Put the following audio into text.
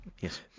Yes